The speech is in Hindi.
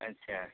अच्छा